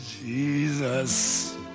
Jesus